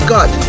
God